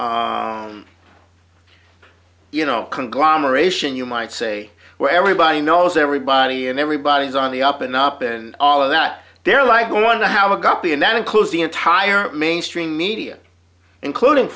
government you know conglomeration you might say where everybody knows everybody and everybody is on the up and up and all of that they're like going to have a got b and that includes the entire mainstream media including